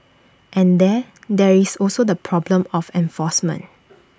and then there is also the problem of enforcement